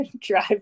drive